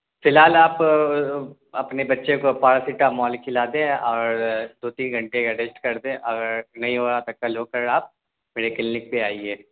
فی الحال آپ اپنے بچے کو پیراسیٹامال کھلا دیں اور دو تین گھنٹے کا ریسٹ کر دیں اور نہیں ہو رہا تھا کل ہو کر آپ میرے کلینک پہ آئیے